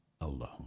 alone